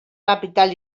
capital